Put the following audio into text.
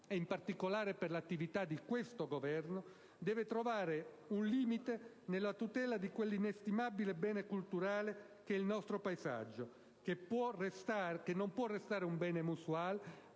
e in particolare per l'attività di questo Governo, deve trovare un limite nella tutela di quell'inestimabile bene culturale che è il nostro paesaggio, che non può restare un bene museale,